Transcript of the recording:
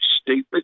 stupid